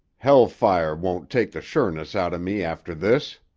hell-fire won't take the sureness out of me after this.